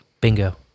Bingo